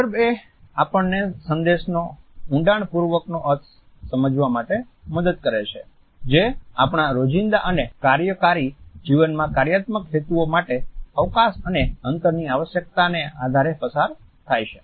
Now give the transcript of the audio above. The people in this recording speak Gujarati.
સંદર્ભ એ આપણને સંદેશનો ઊંડાણપૂર્વકનો અર્થ સમજવામાં મદદ કરે છે જે આપણા રોજિંદા અને કાર્યકારી જીવનમાં કાર્યાત્મક હેતુઓ માટે અવકાશ અને અંતરની આવશ્યકતાને આધારે પસાર થાય છે